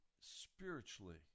spiritually